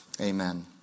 Amen